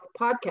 podcast